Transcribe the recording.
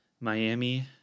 Miami